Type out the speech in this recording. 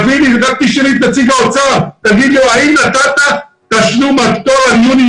תשאלי את נציג האוצר האם הוא נתן תשלום על פטור על יוני,